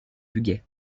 bugey